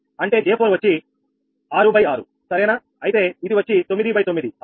అంటే J4 వచ్చి 6 6 సరేనా అయితే ఇది వచ్చి 9 9 అవునా